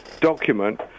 document